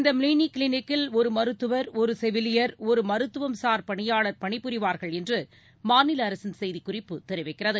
இந்த மினி கிளினிக்கில் ஒரு மருத்துவர் ஒரு செவிலியர் ஒரு மருத்துவம்சார் பணியாளர் பணிபுரிவார்கள் என்று மாநில அரசின் செய்திக்குறிப்பு தெரிவிக்கிறது